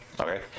Okay